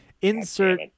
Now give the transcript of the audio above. insert